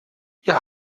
ihr